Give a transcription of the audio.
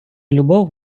любов